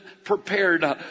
prepared